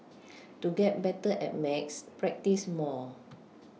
to get better at maths practise more